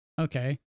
Okay